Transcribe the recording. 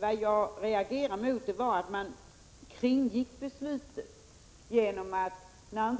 Vad jag reagerade mot är att man kringgick beslutet när